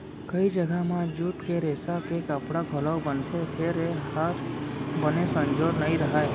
कइ जघा म जूट के रेसा के कपड़ा घलौ बनथे फेर ए हर बने संजोर नइ रहय